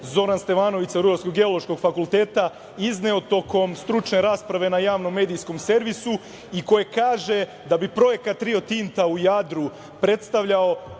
Zoran Stevanović sa Rudarsko-geološkog fakulteta izneo tokom stručne rasprave na javnom medijskom servisu, koje kaže da bi projekat Rio Tinta u Jadru predstavljao